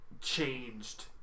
changed